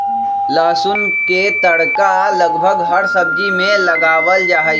लहसुन के तड़का लगभग हर सब्जी में लगावल जाहई